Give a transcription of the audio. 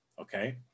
okay